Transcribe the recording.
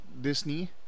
Disney